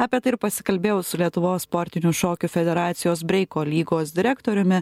apie tai ir pasikalbėjau su lietuvos sportinių šokių federacijos breiko lygos direktoriumi